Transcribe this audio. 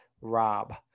Rob